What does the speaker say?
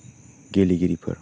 गेलेगिरिफोर